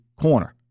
corner